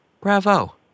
bravo